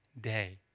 day